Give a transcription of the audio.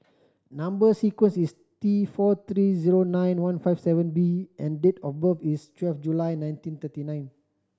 number sequence is T four three zero nine one five seven B and date of birth is twelve July nineteen thirty nine